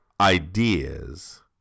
ideas